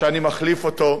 שאני מחליף אותו,